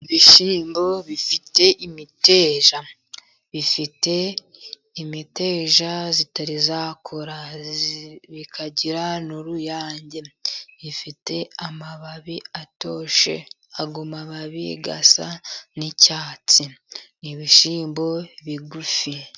Ibishyimbo bifite imiteja, bifite imiteja itari yakura, ikagira n'uruyange, ifite amababi atoshye, ayo mababi asa n'icyatsi, ni ibishyimbo bigufi.